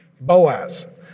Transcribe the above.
Boaz